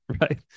right